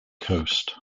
coast